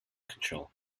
control